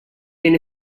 din